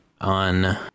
on